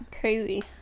Crazy